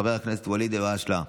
חבר הכנסת ואליד אלהואשלה,